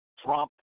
Trump